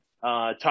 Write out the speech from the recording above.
talk